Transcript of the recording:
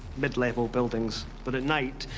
mid-level buildings. but at night,